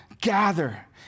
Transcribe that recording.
gather